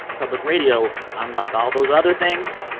public radio, unlike all those other things,